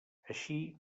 així